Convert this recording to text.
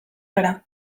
gara